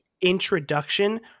introduction